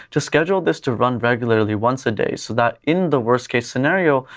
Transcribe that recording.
to schedule this to run regularly once a day. so that in the worst-case scenario,